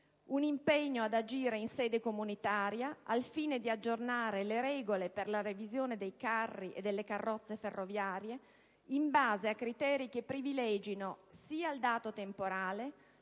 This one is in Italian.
l'impegno ad agire in sede comunitaria, al fine di aggiornare le regole per la revisione dei carri e delle carrozze ferroviarie, in base a criteri che privilegino sia il dato temporale